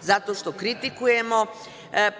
zato što kritikujemo